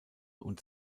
und